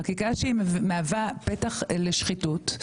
חקיקה שהיא מהווה פתח לשחיתות,